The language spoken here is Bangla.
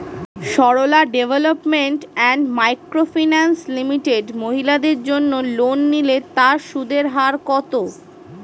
Sarala development and micro finance limited মহিলাদের জন্য লোন নিলে তার সুদের হার কত?